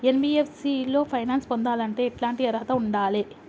NBFC లో finance పొందాలంటే ఎట్లాంటి అర్హత ఉండాలే?